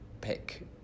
pick